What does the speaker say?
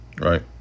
Right